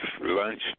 lunch